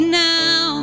now